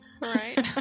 right